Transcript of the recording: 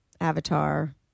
avatar